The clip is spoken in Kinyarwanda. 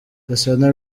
gasana